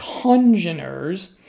congeners